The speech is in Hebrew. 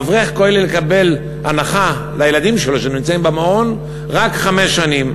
אברך כולל יקבל הנחה לילדים שלו שנמצאים במעון רק חמש שנים.